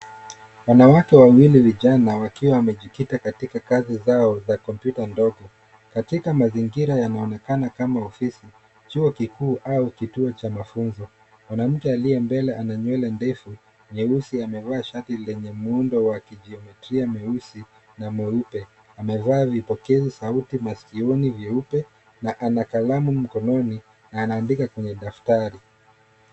Wanawake wawili vijana waiwa wamejikita katika kazi zao za kompyuta ndogo. Katika mazingira yanaonekana kama ofisi, chuo kikuu au kituo cha mafunzo. Mwanamke aliye mbele ana nywele ndefu nyeusi, amevaa shati lenye muundo wa kijometria meusi na meupe. Amevaa vipokezisauti masikioni meupe na ana kalamu mkononi na anaandika kwenye daftari.